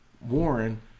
Warren